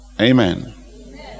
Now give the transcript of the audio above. Amen